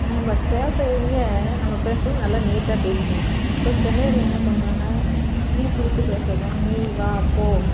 நம்ம சேலத்திலீங்க நம்ம பேசறது நல்லா நீட்டாக பேசுவோம் இப்போ சென்னையில் என்ன பண்ணுவாங்க இழுத்து இழுத்து பேசுறதும் நீ வா போ